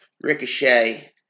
Ricochet